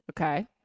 Okay